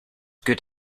good